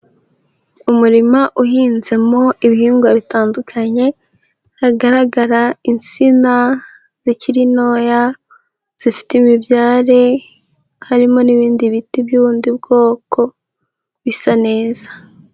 Umurima uhinzemo ibihingwa bitandukanye, hagaragara insina zikiri ntoya zifite imibyare, harimo n'ibindi biti by'ubundi bwoko bisa neza.